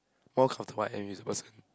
more comfortable I am with this person